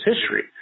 history